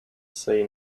say